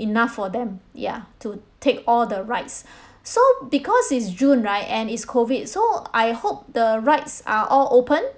enough for them ya to take all the rides so because it's june right and it's COVID so I hope the rides are all open